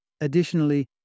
Additionally